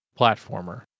platformer